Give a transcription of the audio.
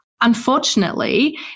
unfortunately